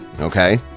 Okay